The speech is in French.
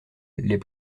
les